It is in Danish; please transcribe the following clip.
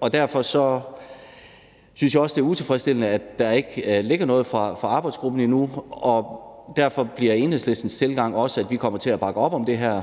og derfor synes jeg også det er utilfredsstillende, at der endnu ikke ligger noget fra arbejdsgruppen, og derfor bliver Enhedslistens tilgang også, at vi kommer til at bakke op om det her